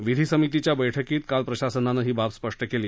विधी समितीच्या बैठकीत काल प्रशासनानही बाब स्पष्ट केली